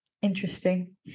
interesting